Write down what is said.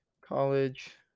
college